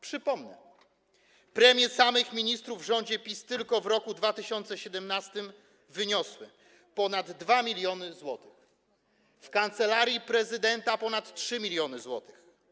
Przypomnę: premie samych ministrów w rządzie PiS tylko w roku 2017 wyniosły ponad 2 mln zł, w Kancelarii Prezydenta - ponad 3 mln zł.